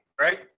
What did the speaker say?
right